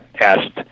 asked